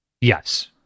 Yes